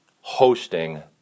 hosting